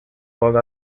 logo